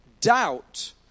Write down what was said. doubt